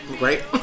right